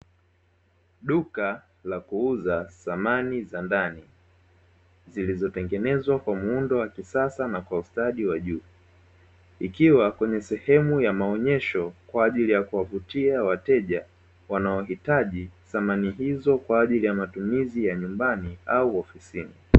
Duka la kuuza samani za ndani zilizotengenezwa kwa muundo wa kisasa na kwa ustadi wa juu. Ikiwa kwenye sehemu ya maonyesho kwa ajili ya kuwavutia wateja wanaohitaji samani hizo kwa ajili ya matumizi ya nyumbani au ofisini.